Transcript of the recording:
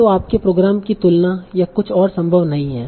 तों आपके प्रोग्राम की तुलना या कुछ ओर संभव नहीं है